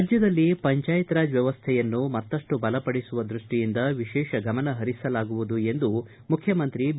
ರಾಜ್ಕದಲ್ಲಿ ಪಂಚಾಯತ್ ರಾಜ್ ವ್ಯವಸ್ಥೆಯನ್ನು ಮತ್ತಷ್ಟು ಬಲ ಪಡಿಸುವ ದೃಷ್ಷಿಯಿಂದ ವಿಶೇಷ ಗಮನ ಪರಿಸಲಾಗುವುದು ಎಂದು ಮುಖ್ಯಮಂತ್ರಿ ಬಿ